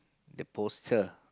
the poster